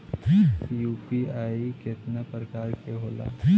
UPI केतना प्रकार के होला?